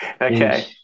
Okay